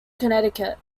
connecticut